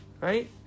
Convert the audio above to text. Right